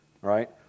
Right